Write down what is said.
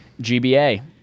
GBA